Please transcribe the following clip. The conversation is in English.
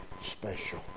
special